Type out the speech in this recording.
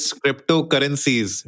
cryptocurrencies